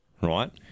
right